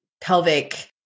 pelvic